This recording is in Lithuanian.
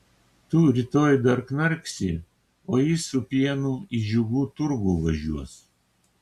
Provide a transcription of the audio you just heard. tu rytoj dar knarksi o jis su pienu į džiugų turgų važiuos